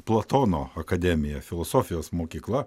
platono akademija filosofijos mokykla